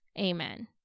Amen